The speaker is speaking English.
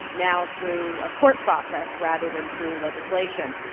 now through a court process rather than through legislation,